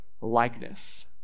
likeness